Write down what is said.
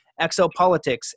exopolitics